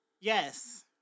Yes